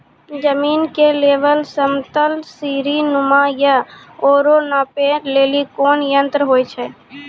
जमीन के लेवल समतल सीढी नुमा या औरो नापै लेली कोन यंत्र होय छै?